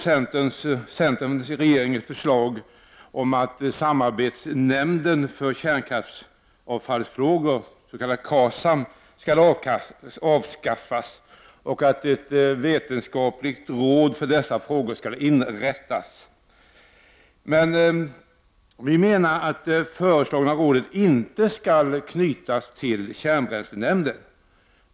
Centern tillstyrker regeringens förslag att samrådsnämnden för kärnavfallsfrågor, KASAM, skall avskaffas och att ett vetenskapligt råd för dessa frågor skall inrättas. Vi menar emellertid att det föreslagna rådet inte skall knytas till kärnbränslenämnden.